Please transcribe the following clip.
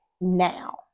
Now